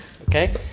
Okay